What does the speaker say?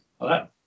Hello